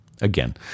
Again